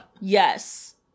Yes